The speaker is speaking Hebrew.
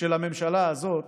של הממשלה הזאת